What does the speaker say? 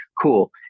cool